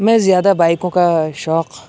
میں زیادہ بائکوں کا شوق